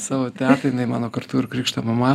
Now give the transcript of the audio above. savo tetą jinai mano kartu ir krikšto mama